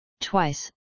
twice